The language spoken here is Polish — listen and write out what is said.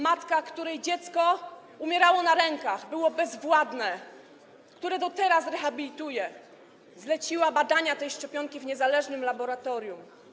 Matka, której dziecko umierało na rękach, było bezwładne, które do teraz rehabilituje, zleciła badania tej szczepionki w niezależnym laboratorium.